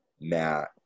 Matt